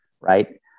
right